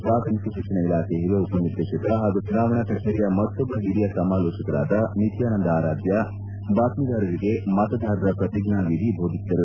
ಪ್ರಾಥಮಿಕ ಶಿಕ್ಷಣ ಇಲಾಖೆ ಹಿರಿಯ ಉಪನಿರ್ದೇಶಕ ಹಾಗೂ ಚುನಾವಣಾ ಕಚೇರಿಯ ಮತ್ತೊಬ್ಬ ಹಿರಿಯ ಸಮಾಲೋಚಕರಾದ ನಿತ್ಯಾನಂದ ಆರಾಧ್ಯ ಬಾತ್ಮೀದಾರರಿಗೆ ಮತದಾರರ ಪ್ರತಿಜ್ಞಾ ವಿಧಿ ಬೋಧಿಸಿದರು